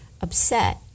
upset